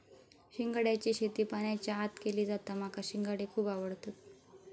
शिंगाड्याची शेती पाण्याच्या आत केली जाता माका शिंगाडे खुप आवडतत